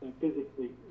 physically